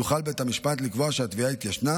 יוכל בית המשפט לקבוע שהתביעה התיישנה